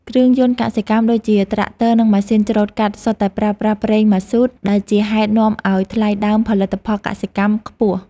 គ្រឿងយន្តកសិកម្មដូចជាត្រាក់ទ័រនិងម៉ាស៊ីនច្រូតកាត់សុទ្ធតែប្រើប្រាស់ប្រេងម៉ាស៊ូតដែលជាហេតុនាំឱ្យថ្លៃដើមផលិតផលកសិកម្មខ្ពស់។